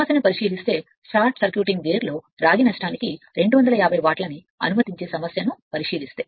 సమస్యను పరిశీలిస్తే short circuiting గేర్లో రాగి నష్టానికి 250 వాట్లని అనుమతించే సమస్యను పరిశీలిస్తే